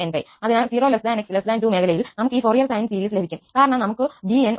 അതിനാൽ 0 𝑥 2 മേഖലയിൽ നമുക്ക് ഈ ഫോറിയർ സൈൻ സീരീസ് ലഭിക്കും കാരണം നമുക്ക് ഉണ്ട് bn′𝑠 തയ്യാറാണ്